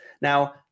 Now